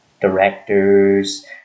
directors